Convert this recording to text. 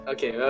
Okay